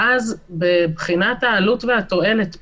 מבחינת העלות-תועלת פה,